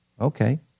okay